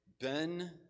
Ben